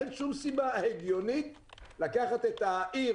אין שום סיבה הגיונית לקחת את העיר